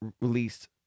released